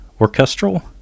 orchestral